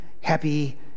Happy